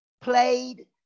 played